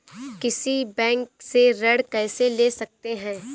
किसी बैंक से ऋण कैसे ले सकते हैं?